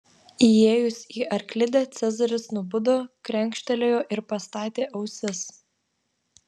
įėjus į arklidę cezaris nubudo krenkštelėjo ir pastatė ausis